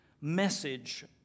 message